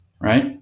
right